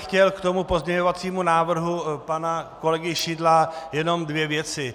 Chtěl bych k pozměňovacímu návrhu pana kolegy Šidla jenom dvě věci.